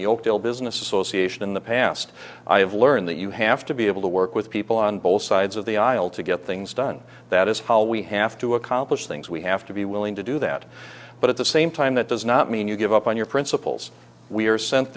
bill business association in the past i have learned that you have to be able to work with people on both sides of the aisle to get things done that is how we have to accomplish things we have to be willing to do that but at the same time that does not mean you give up on your principles we are sent